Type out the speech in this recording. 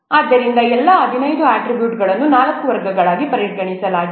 ಆದ್ದರಿಂದ ಎಲ್ಲಾ 15 ಅಟ್ರಿಬ್ಯೂಟ್ಗಳನ್ನು ಈ ನಾಲ್ಕು ವರ್ಗಗಳಾಗಿ ವರ್ಗೀಕರಿಸಲಾಗಿದೆ